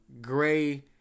gray